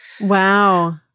Wow